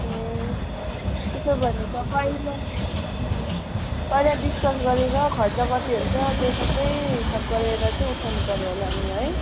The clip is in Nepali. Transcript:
ए त्यसो भने तपाईँ ल पहिला डिस्कस गरेर खर्च कति हुन्छ त्यो सबै हिसाब गरेर चाहिँ उठाउनु पर्यो होला नि है